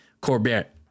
Corbett